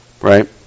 right